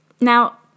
Now